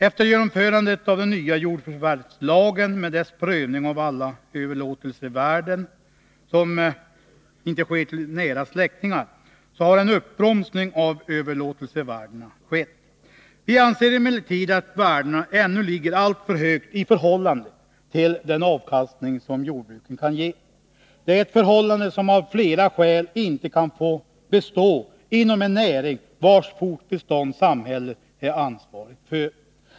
Efter genomförandet av den nya jordförvärvslagen med dess prövningar av alla värden på överlåtelser som inte sker till nära släktingar har en uppbromsning av överlåtelsevärdena skett. Vi anser emellertid att värdena ännu ligger alltför högt i förhållande till den avkastning som jordbruken kan ge. Det är ett förhållande som av flera skäl inte kan få bevaras inom en näring vars fortbestånd samhället är ansvarigt för.